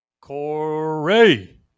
Corey